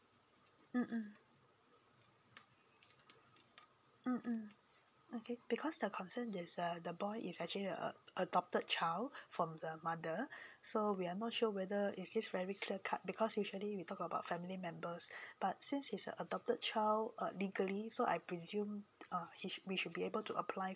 mm mm mm mm okay because the concern is uh the boy is actually a adopted child from the mother so we are not sure whether is this very clear cut because usually we talk about family members but since he's a adopted child uh legally so I presume uh he we should be able to apply